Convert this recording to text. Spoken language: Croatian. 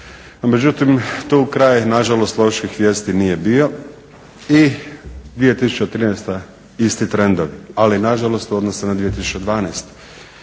međutim tu kraj nažalost loših vijesti nije bio i 2013. isti trendovi, ali nažalost u odnosu na 2012.